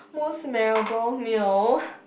most memorable meal